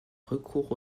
recours